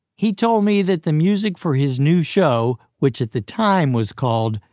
he told me that the music for his new show, which, at the time, was called,